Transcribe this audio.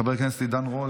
חבר הכנסת עידן רול,